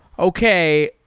okay,